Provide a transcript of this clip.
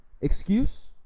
Excuse